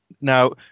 Now